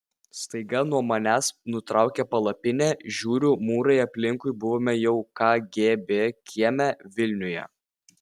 staiga nuo manęs nutraukė palapinę žiūriu mūrai aplinkui buvome jau kgb kieme vilniuje